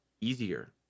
easier